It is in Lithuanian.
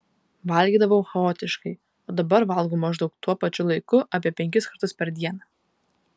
valgydavau chaotiškai o dabar valgau maždaug tuo pačiu laiku apie penkis kartus per dieną